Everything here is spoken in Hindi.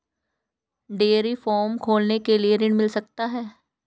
डेयरी फार्म खोलने के लिए ऋण मिल सकता है?